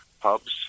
pubs